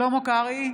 שלמה קרעי,